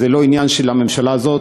זה לא עניין של הממשלה הזאת,